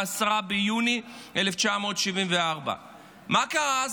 ב-10 ביוני 1974. מה קרה אז,